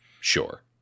Sure